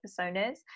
personas